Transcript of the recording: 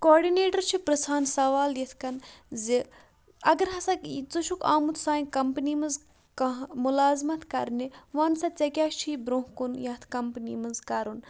coordinator چھِ پِرٛژھان سَوال یِتھ کَن زِ اگر ہَسا ژٕ چھُکھ آمُت سانہِ کَمپٔنی منٛز کانٛہہ مُلازمَت کَرنہِ وَنسہ ژےٚ کیٛاہ چھی برونٛہہ کُن یَتھ کَمپٔنی منٛز کَرُن